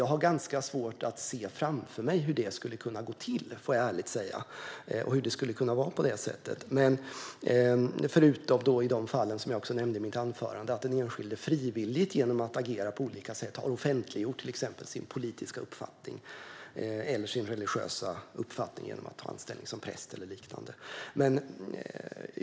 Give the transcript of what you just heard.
Jag har ganska svårt att se framför mig hur det skulle kunna gå till och hur det skulle kunna vara på det sättet, får jag ärligt säga - förutom i de fall jag nämnde i mitt anförande, där den enskilde frivilligt och genom att agera på olika sätt har offentliggjort sin politiska uppfattning eller, genom att till exempel ta anställning som präst eller liknande, sin religiösa uppfattning.